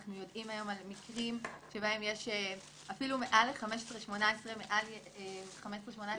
אנחנו יודעים היום על מקרים בהם יש אפילו מעל ל-18-15 ילדים.